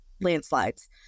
landslides